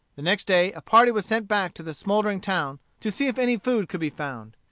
the next day a party was sent back to the smouldering town to see if any food could be found.